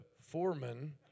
foreman